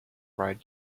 write